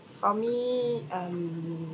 for me um